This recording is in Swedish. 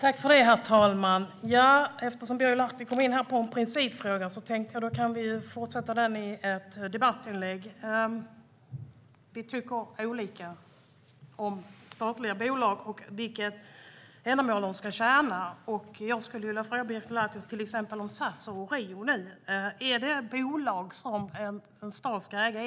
Herr talman! Eftersom Birger Lahti kom in på en principfråga tänkte jag att vi kan fortsätta diskutera den i ett debattinlägg. Vi tycker olika om statliga bolag och vilket ändamål de ska tjäna. Jag skulle vilja fråga Birger Lahti om till exempel SAS och Orio är bolag som staten ska äga.